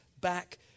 back